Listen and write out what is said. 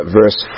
verse